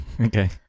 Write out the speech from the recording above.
Okay